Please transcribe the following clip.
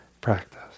practice